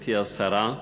גברתי השרה,